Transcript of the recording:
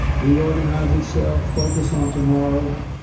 reorganize itself, focus on tomorrow